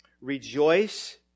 Rejoice